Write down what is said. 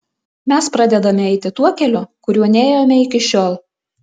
mes pradedame eiti tuo keliu kuriuo nėjome iki šiol